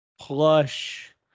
plush